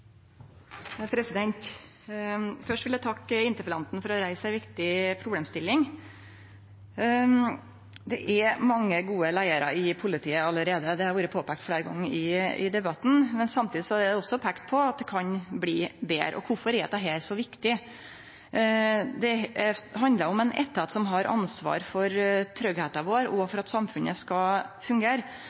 Først vil eg takke interpellanten for å reise ei viktig problemstilling. Det er mange gode leiarar i politiet allereie. Det har vore påpeikt fleire gonger i debatten. Samtidig har det også vorte påpeikt at det kan bli betre. Kvifor er dette så viktig? Det handlar om ein etat som har ansvar for tryggleiken vår og for at samfunnet skal fungere.